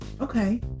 Okay